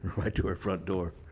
right to our front door.